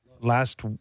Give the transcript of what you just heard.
Last